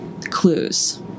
clues